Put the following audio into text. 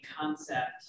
concept